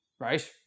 Right